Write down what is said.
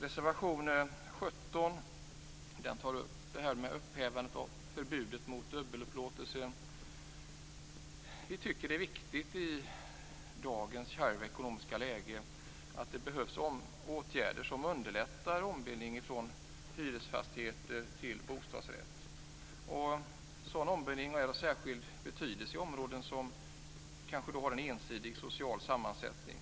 Reservation 17 tar upp upphävandet av förbudet mot dubbelupplåtelse. I dagen kärva ekonomiska läge tycker vi att det viktigt med åtgärder som underlättar ombildning från hyresfastigheter till bostadsrätter. Sådana ombildningar är av särskild betydelse i områden som kanske har en ensidigt social sammansättning.